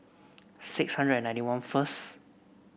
six hundred and ninety first